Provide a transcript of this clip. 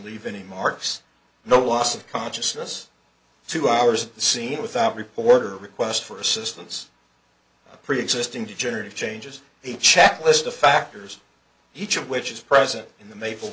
leave any marks the loss of consciousness two hours scene without reporter request for assistance preexisting degenerative changes a checklist of factors each of which is present in the maple